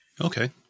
Okay